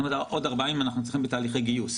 עוד 40 אנחנו צריכים לגייס.